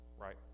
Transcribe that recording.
right